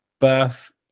birth